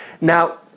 Now